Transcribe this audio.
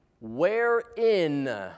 wherein